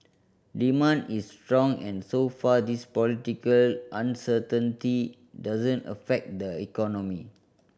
demand is strong and so far this political uncertainty doesn't affect the economy